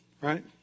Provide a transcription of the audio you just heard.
right